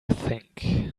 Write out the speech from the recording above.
think